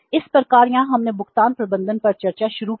इस प्रकार यहां हमने भुगतान प्रबंधन पर चर्चा शुरू की है